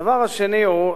הדבר השני הוא,